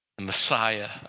Messiah